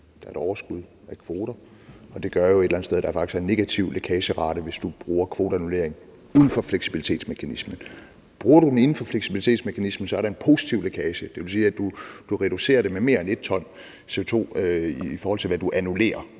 gør jo et eller andet sted, at der faktisk er en negativ lækagerate, hvis du bruger kvoteannullering uden for fleksibilitetsmekanismen. Bruger du den inden for fleksibilitetsmekanismen, er der en positiv lækage. Det vil sige, at du reducerer det med mere end 1 t CO2 i forhold til, hvad du annullerer